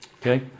Okay